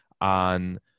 on